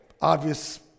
Obvious